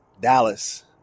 Dallas